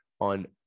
on